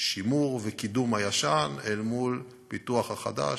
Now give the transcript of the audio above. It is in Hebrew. שימור וקידום הישן אל מול הפיתוח החדש,